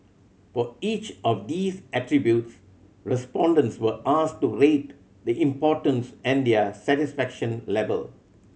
for each of these attributes respondents were asked to rate the importance and their satisfaction level